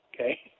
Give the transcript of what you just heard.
okay